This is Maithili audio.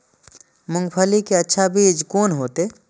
मूंगफली के अच्छा बीज कोन होते?